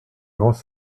grands